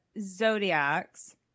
Zodiacs